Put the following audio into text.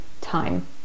time